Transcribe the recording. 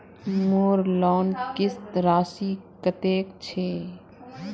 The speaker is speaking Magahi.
मोर लोन किस्त राशि कतेक छे?